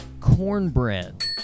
Cornbread